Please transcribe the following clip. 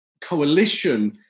coalition